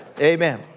Amen